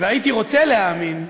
והייתי רוצה להאמין,